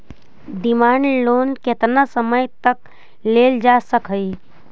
demand loan केतना समय तक लेल जा सकऽ हई